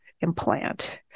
implant